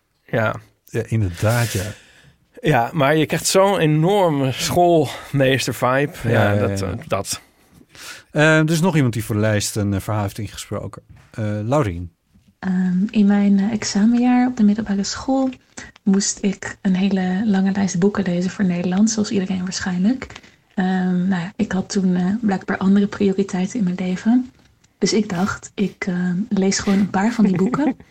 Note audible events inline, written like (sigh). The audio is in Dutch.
Ja. Ja, inderdaad, ja. Ja, maar je krijgt zo'n enorme schoolmeester-vibe. Ja, Ja, ja, dat, ja. eh, dat. Eh, er is nog iemand die voor de lijst een, eh, verhaal heeft ingesproken. Eh, Laurien. Ehm, in mijn, eh, examenjaar op de middelbare school moest ik een hele lange lijst boeken lezen voor Nederlands, zoals iedereen waarschijnlijk. Ehm, nou ja, ik had toen, eh, blijkbaar andere prioriteiten in mijn leven. Dus ik dacht, ik, eh, lees gewoon een paar van die boeken. (laughs)